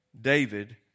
David